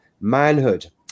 manhood